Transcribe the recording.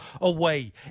away